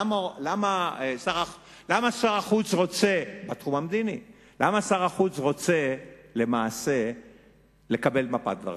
למה בתחום המדיני שר החוץ רוצה למעשה לקבל את מפת הדרכים?